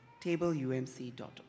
tableumc.org